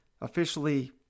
officially –